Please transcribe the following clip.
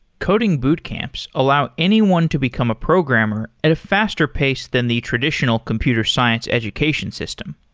coding boot camps allow anyone to become a programmer at a faster pace than the traditional computer science education system.